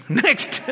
next